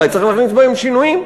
ואולי צריך להכניס בהן שינויים.